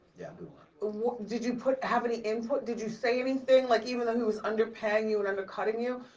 yeah, we were. did you put, have any input, did you say anything like even though he was under paying you and under cutting you,